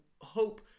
hope